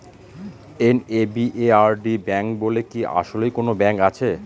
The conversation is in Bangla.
এন.এ.বি.এ.আর.ডি ব্যাংক বলে কি আসলেই কোনো ব্যাংক আছে?